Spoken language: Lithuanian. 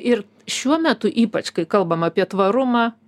ir šiuo metu ypač kai kalbam apie tvarumą